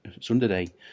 Sunday